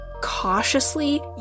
cautiously